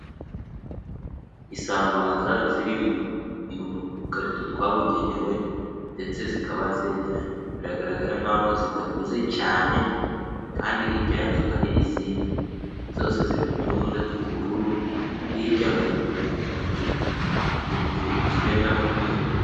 Isambaza ziri mu dukarito twabugenewe, ndetse zikaba zegeranye. Biragaragara nk'aho zidakuze cyane, kandi hirya y'azo hari izindi. Zose ziri mu tu ntuze tw'ubururu. Hirya hari utuntu tuzigendamo tw'umutuku.